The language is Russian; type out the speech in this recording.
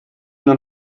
нам